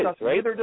right